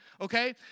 okay